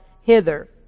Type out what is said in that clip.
hither